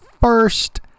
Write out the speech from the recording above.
first